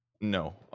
No